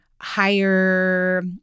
higher